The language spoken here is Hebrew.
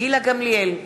גילה גמליאל,